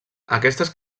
aquestes